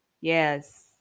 yes